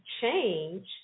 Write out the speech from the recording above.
change